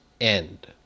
end